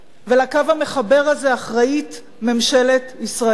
ולקו המחבר הזה אחראית ממשלת ישראל.